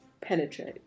Penetrate